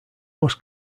most